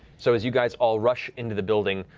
so as you guys all rush into the building,